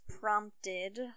prompted